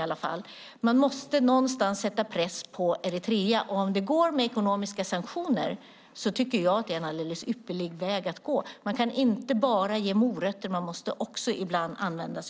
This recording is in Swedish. Någonstans måste vi sätta press på Eritrea. Det är alldeles ypperligt om det kan ske med hjälp av ekonomiska sanktioner. Det går inte att bara ge morötter, ibland måste piskor användas.